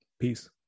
Peace